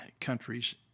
countries